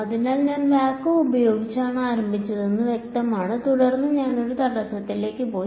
അതിനാൽ ഞാൻ വാക്വം ഉപയോഗിച്ചാണ് ആരംഭിച്ചതെന്ന് വ്യക്തമാണ് തുടർന്ന് ഞാൻ ഒരു തടസ്സത്തിലേക്ക് പോയി